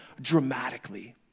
dramatically